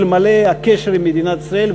אלמלא הקשר עם מדינת ישראל,